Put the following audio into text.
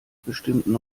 bestimmten